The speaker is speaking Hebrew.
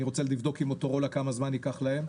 אני רוצה לבדוק עם מוטורולה כמה זמן יקח להם.